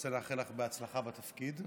רוצה לאחל לך בהצלחה בתפקיד.